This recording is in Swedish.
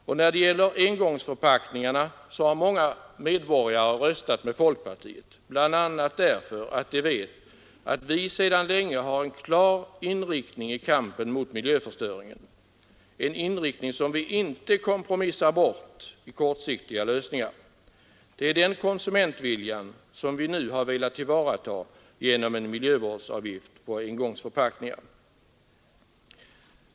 Och när det gäller engångsförpackningarna så har många medborgare röstat med folkpartiet bl.a. därför att de vet att vi sedan länge har en klar inriktning i kampen mot miljöförstöringen, en inriktning som vi inte kompromissar bort i kortsiktiga lösningar. Det är den konsumentviljan som vi nu har velat tillvarata genom en miljövårdsavgift på engångsförpackningar.